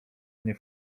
nie